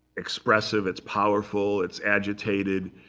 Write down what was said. expressive. it's powerful. it's agitated.